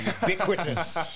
ubiquitous